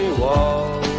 wall